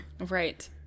Right